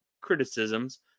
criticisms